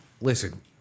Listen